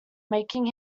making